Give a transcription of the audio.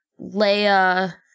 Leia